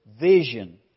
vision